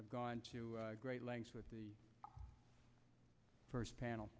have gone to great lengths with the first panel